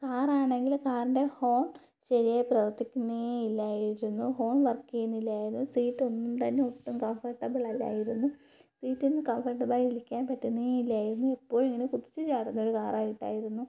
കാറാണെങ്കിൽ കാറിൻ്റെ ഹോൺ ശരിയായി പ്രവർത്തിക്കുന്നേയില്ലായിരുന്നു ഹോൺ വർക്കിയുന്നില്ലായിരുന്നു സീറ്റ് ഒന്നും തന്നെ ഒട്ടും കംഫർട്ടബിൾ അല്ലായിരുന്നു സീറ്റിന്ന് കംഫോർട്ടബളായി ഇരിക്കാൻ പറ്റുന്നേ ഇല്ലായിരുന്നു എപ്പോഴും ഇങ്ങനെ കുതിച്ചുചാടുന്ന ഒരു കാർ ആയിട്ടായിരുന്നു